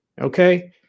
Okay